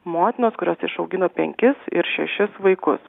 motinos kurios išaugino penkis ir šešis vaikus